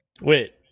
Wait